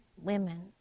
women